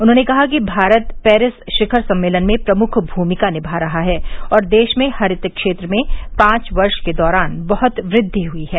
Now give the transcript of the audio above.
उन्होंने कहा कि भारत पेरिस शिखर सम्मेलन में प्रमुख भूमिका निभा रहा है और देश में हरित क्षेत्र में पांच वर्ष के दौरान बहुत वृद्वि हुई है